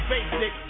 basic